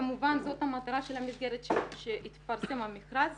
כמובן, זאת המטרה של המסגרת שהתפרסם המכרז